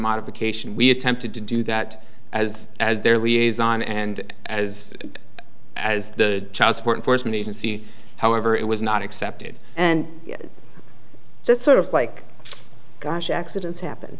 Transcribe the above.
modification we attempted to do that as as their liaison and as good as the child support enforcement agency however it was not accepted and just sort of like gosh accidents happen